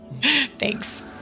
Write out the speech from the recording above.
Thanks